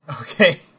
Okay